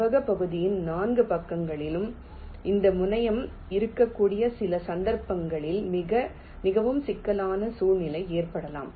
செவ்வகப் பகுதியின் 4 பக்கங்களிலும் இந்த முனையம் இருக்கக்கூடிய சில சந்தர்ப்பங்களில் மிகவும் சிக்கலான சூழ்நிலை ஏற்படலாம்